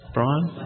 Brian